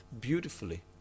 beautifully